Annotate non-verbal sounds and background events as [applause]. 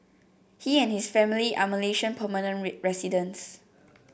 he and his family are Malaysian permanent [unintelligible] residents